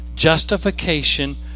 justification